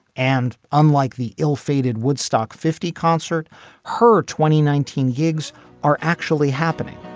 and unlike the ill fated woodstock fifty concert her twenty nineteen gigs are actually happening